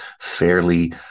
fairly